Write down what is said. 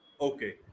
Okay